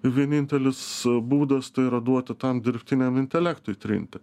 vienintelis būdas tai yra duoti tam dirbtiniam intelektui trinti